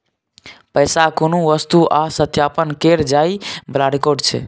पैसा कुनु वस्तु आ सत्यापन केर जाइ बला रिकॉर्ड छै